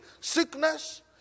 sickness